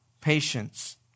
Patience